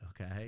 okay